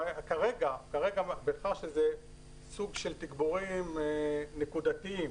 כרגע זה בעיקר סוג של תגבורים נקודתיים.